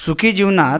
सुखी जीवनात